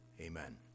Amen